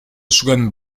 jogando